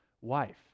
wife